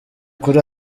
kuri